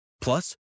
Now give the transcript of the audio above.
Plus